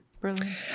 Brilliant